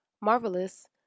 Marvelous